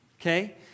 Okay